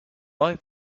over